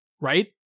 Right